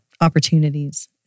opportunities